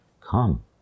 Come